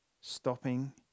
stopping